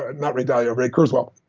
ah not ray dalio, ray kurzweil,